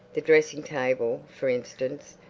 the dressing-table, for instance,